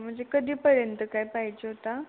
म्हणजे कधीपर्यंत काय पाहिजे होता